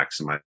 maximize